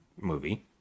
movie